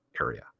area